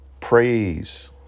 Praise